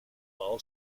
fall